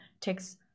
takes